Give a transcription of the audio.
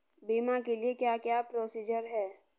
बीमा के लिए क्या क्या प्रोसीजर है?